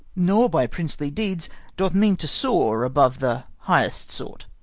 nor by princely deeds doth mean to soar above the highest sort.